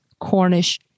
Cornish